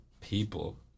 people